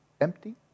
empty